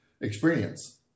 experience